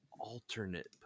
Alternate